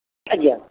ଆଜ୍ଞା